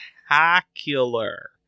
spectacular